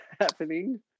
happening